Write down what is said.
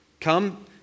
Come